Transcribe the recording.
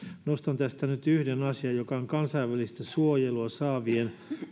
nostan tästä nyt yhden asian joka on kansainvälistä suojelua saavien